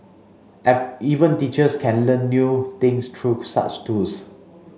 even teachers can learn new things through such tools